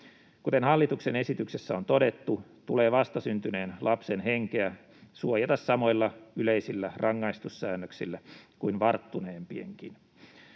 Kuten hallituksen esityksessä on todettu, tulee vastasyntyneen lapsen henkeä suojata samoilla yleisillä rangaistussäännöksillä kuin varttuneempienkin.